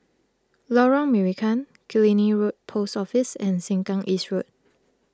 Lorong Marican Killiney Road Post Office and Sengkang East Road